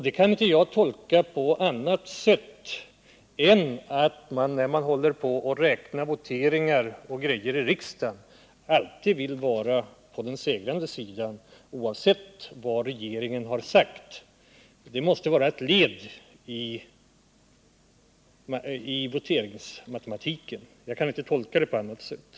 Det kan jag inte tolka på annat sätt än att man vid voteringar i riksdagen alltid vill vara på den segrande sidan, oavsett vad regeringen har sagt. Detta måste vara ett led i voteringsmatematiken — jag kan inte tolka det på annat sätt.